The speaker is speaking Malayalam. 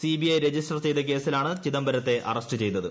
സിബിഐ രജിസ്റ്റർ ചെയ്ത കേസിലാണ് ചിദംബരത്തെ അറസ്റ്റ് ചെയ്തത്